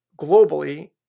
globally